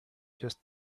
just